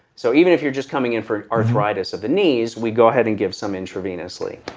so even if you're just coming in for arthritis of the knees, we go ahead and give some intravenously.